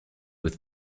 with